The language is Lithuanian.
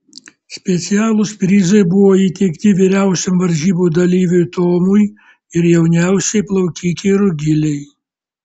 specialūs prizai buvo įteikti vyriausiam varžybų dalyviui tomui ir jauniausiai plaukikei rugilei